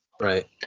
Right